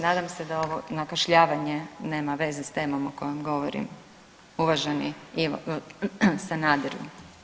Nadam se da ovo nakašljavanje nema veze s temom o kojoj govorim, uvaženi Ivo, Sanaderu.